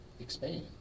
expand